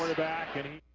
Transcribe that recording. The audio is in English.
backing